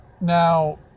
Now